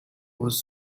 was